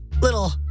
little